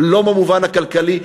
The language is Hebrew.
לא במובן הכלכלי,